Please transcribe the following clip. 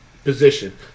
Position